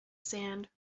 sand